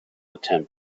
attempt